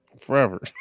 forever